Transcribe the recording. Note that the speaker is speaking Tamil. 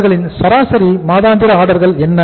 அவர்களின் சராசரி மாதாந்திர ஆர்டர்கள் என்ன